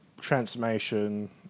transformation